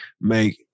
make